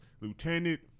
lieutenant